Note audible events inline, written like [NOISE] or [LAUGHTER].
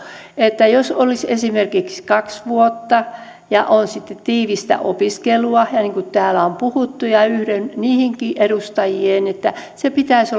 että jospa olisi esimerkiksi kaksi vuotta tiivistä opiskelua niin kuin täällä on puhuttu ja yhdyn niihinkin edustajiin että sen pitäisi [UNINTELLIGIBLE]